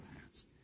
hands